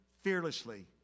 fearlessly